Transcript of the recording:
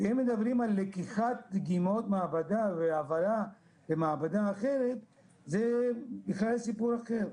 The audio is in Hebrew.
אם מדברים על לקיחת דגימות מעבדה והעברה למעבדה אחרת זה בכלל סיפור אחר.